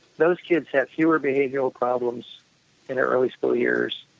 those kids have fewer behavioral problems in their early school years.